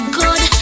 good